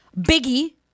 Biggie